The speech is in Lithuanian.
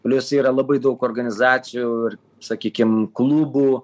plius yra labai daug organizacijų ir sakykim klubų